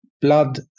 blood